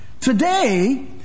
Today